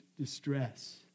distress